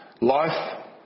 Life